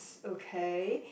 okay